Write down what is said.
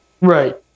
Right